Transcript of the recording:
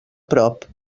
prop